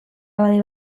abade